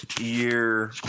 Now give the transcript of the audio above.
year